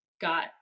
Got